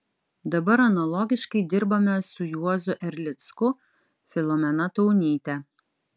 dabar analogiškai dirbame su juozu erlicku filomena taunyte